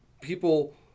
people